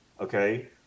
okay